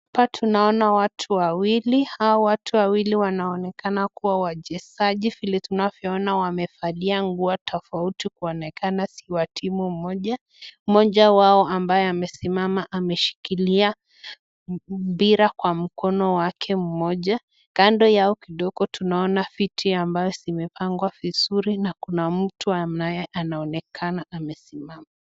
Hapa tunaona watu wawili, hao watu wawili wanaonekana kuwa wachezaji vile tunavyoona wamevalia nguo tofauti kuonekana si wa timu moja. Moja wao ambaye amesimama ameshikilia mpira kwa mkono wake mmoja. Kando yao kidogo tunaona viti ambayo zimepangwa vizuri na kuna mtu anaye onekana amesimama.